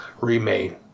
remain